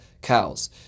cows